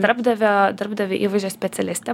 darbdavio darbdavio įvaizdžio specialistė